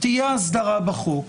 תהיה הסדרה בחוק,